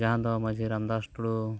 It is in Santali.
ᱡᱟᱦᱟᱸ ᱫᱚ ᱢᱟᱡᱷᱤ ᱨᱟᱢᱫᱟᱥ ᱴᱩᱰᱩ